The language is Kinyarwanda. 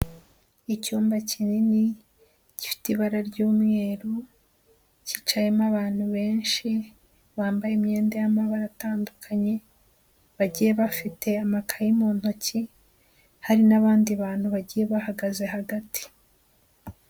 Icyumba kinini gifite ibara ry'umweru, kicayemo abantu benshi bambaye imyenda y'amabara atandukanye, bagiye bafite amakaye mu ntoki, hari n'abandi bantu bagiye bahagaze hagati.